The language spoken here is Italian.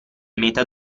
meta